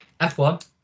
F1